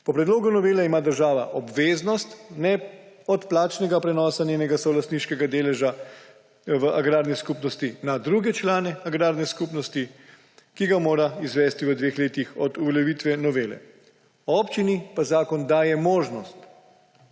Po predlogu novele ima država obveznost neodplačnega prenosa njenega solastniškega deleža v agrarni skupnosti na druge člane agrarne skupnosti, ki ga mora izvesti v dveh letih od uveljavitve novele. Občini pa zakon daje možnost